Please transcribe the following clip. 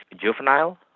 juvenile